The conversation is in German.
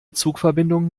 zugverbindungen